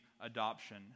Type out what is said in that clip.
adoption